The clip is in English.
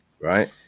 right